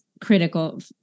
critical